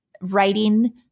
writing